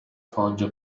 foggia